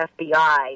FBI